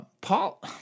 Paul